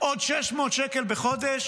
עוד 600 שקל בחודש